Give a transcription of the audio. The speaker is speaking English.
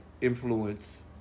influence